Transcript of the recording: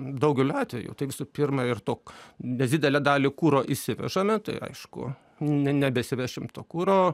daugeliu atvejų tai visų pirma ir tok bet didelę dalį kuro įsivežame tai aišku nebesivešim to kuro